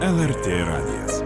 lrt radijas